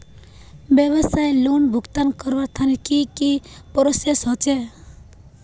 व्यवसाय लोन भुगतान करवार तने की की प्रोसेस होचे?